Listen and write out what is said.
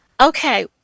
Okay